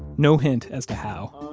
no hint as to how